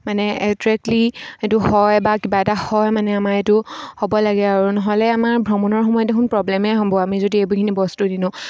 মানে এক্জেক্টলি এইটো হয় বা কিবা এটা হয় মানে আমাৰ এইটো হ'ব লাগে আৰু নহ'লে আমাৰ ভ্ৰমণৰ সময়ত দেখোন প্ৰব্লেমেই হ'ব আমি যদি এইবোৰখিনি বস্তু নিনিওঁ